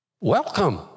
Welcome